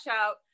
out